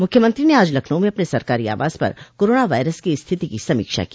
मुख्यमंत्री ने आज लखनऊ में अपने सरकारी आवास पर कोरोना वायरस की स्थिति की समीक्षा की